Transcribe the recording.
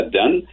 done